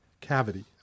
Cavity